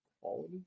quality